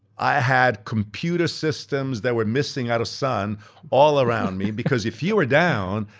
i had computer systems that were missing out of sun all around me because if you are down,